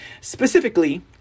Specifically